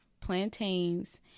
plantains